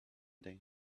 day